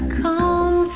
come